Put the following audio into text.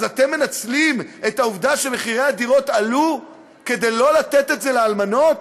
אז אתם מנצלים את העובדה שמחירי הדירות עלו כדי לא לתת את זה לאלמנות?